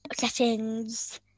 settings